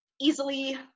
easily